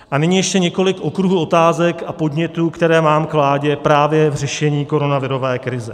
A nyní ještě několik okruhů otázek a podnětů, které mám k vládě právě k řešení koronavirové krize.